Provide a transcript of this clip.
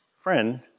friend